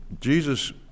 Jesus